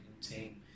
team